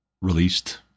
released